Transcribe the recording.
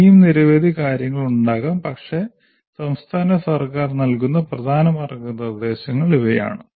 ഇനിയും നിരവധി കാര്യങ്ങളുണ്ടാകാം പക്ഷേ സംസ്ഥാന സർക്കാർ നൽകുന്ന പ്രധാന മാർഗ്ഗനിർദ്ദേശങ്ങൾ ഇവയാണ്